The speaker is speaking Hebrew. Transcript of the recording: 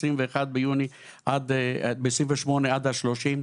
ב-21 ביוני ו-28 עד ה-30,